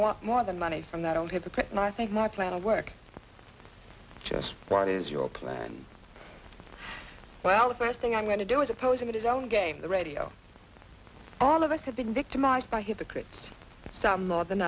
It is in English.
want more than money from that old hypocrite and i think my plan to work just part is your plan well the first thing i'm going to do is opposing it his own game the radio all of us have been victimized by hypocrites some more than